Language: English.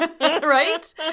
Right